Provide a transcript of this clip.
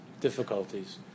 difficulties